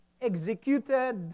executed